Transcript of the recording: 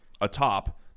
atop